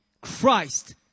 Christ